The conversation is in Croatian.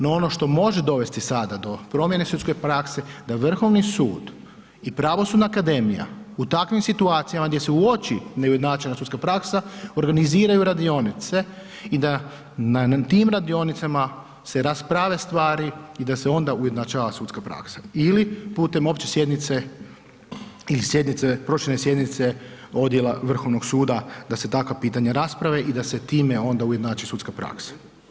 No, ono što može dovesti sada do promjene u sudskoj praksi da Vrhovni sud i pravosudna akademija u takvim situacijama gdje se uoči neujednačena sudska praksa, organiziraju radionice i da na tim radionicama se rasprave stvari i da se onda ujednačava sudska praksa ili putem opće sjednice ili sjednice, proširene sjednice odjela Vrhovnog suda da se takva pitanja rasprave i da se time onda ujednači sudska praksa.